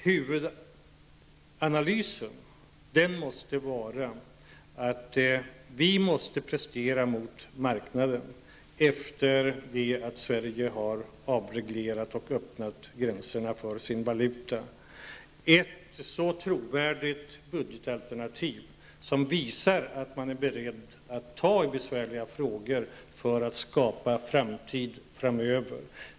Huvudanalysen måste vara att vi inför marknaden måste prestera ett trovärdigt budgetalternativ -- efter det att Sverige har avreglerat och öppnat gränserna för sin valuta -- som visar att man är beredd att ta tag i besvärliga frågor för att skapa en framtid framöver.